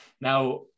Now